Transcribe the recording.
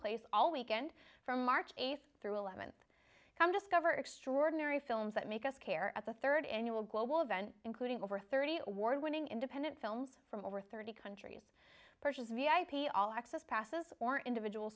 place all weekend from march eighth through eleventh come discover extraordinary films that make us care at the third annual global event including over thirty award winning independent films from over thirty countries purchase v i p all access passes for individual